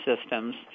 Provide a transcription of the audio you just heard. systems